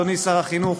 אדוני שר החינוך,